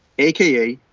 aka,